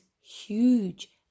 huge